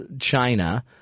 China –